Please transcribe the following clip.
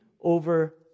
over